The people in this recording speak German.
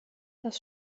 das